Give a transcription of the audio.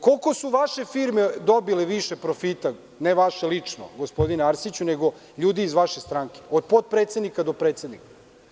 Koliko su vaše firme dobile više profita, ne vaše lično gospodine Arsiću, nego ljudi iz vaše stranke, od potpredsednika do predsednika?